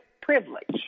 privilege